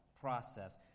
process